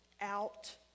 out